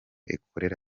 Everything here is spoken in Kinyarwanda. ikorera